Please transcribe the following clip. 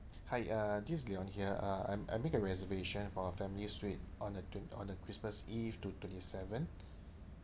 hi uh this is leon here uh I I make a reservation for a family suite on a twe~ on a christmas eve to twenty seventh